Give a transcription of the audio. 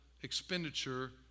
expenditure